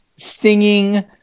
Singing